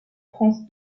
france